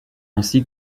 ainsi